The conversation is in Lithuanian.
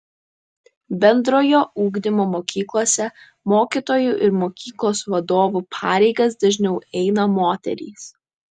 bendrojo ugdymo mokyklose mokytojų ir mokyklos vadovų pareigas dažniau eina moterys